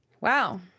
Wow